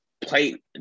play